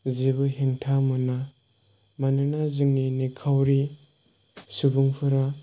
जेबो हेंथा मोना मानोना जोंनि निखावरि सुबुंफोरा